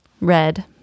red